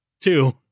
two